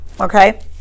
Okay